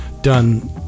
done